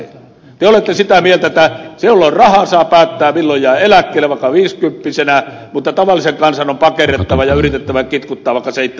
te olette sitä mieltä että se jolla on rahaa saa päättää milloin jää eläkkeelle vaikka viisikymppisenä mutta tavallisen kansan on pakerrettava ja yritettävä kitkuttaa vaikka seitsemänkymppiseksi